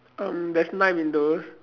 um there's nine windows